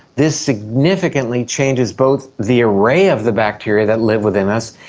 this significantly changes both the array of the bacteria that live within us,